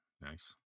Nice